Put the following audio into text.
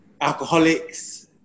alcoholics